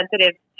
sensitive